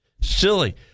silly